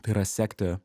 tai yra sekti